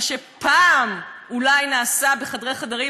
מה שפעם אולי נעשה בחדרי-חדרים,